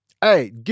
Hey